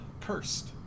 Cursed